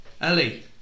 Ellie